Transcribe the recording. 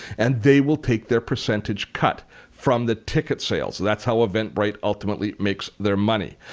and they will take their percentage cut from the ticket sales. that's how eventbrite ultimately makes their money.